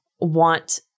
want